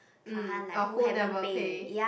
mm or who never pay